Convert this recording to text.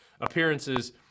appearances